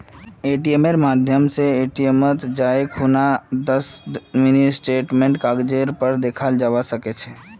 एटीएमेर माध्यम स एटीएमत जाई खूना दस मिनी स्टेटमेंटेर कागजेर पर दखाल जाबा सके छे